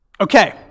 okay